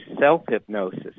self-hypnosis